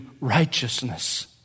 righteousness